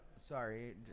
Sorry